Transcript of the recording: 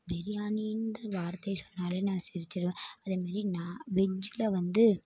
பிரியாணின்ற வார்த்தை சொன்னால் நான் சிரிச்சிடுவேன் அதேமாதிரி வெஜ்ஜில் வந்து